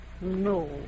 No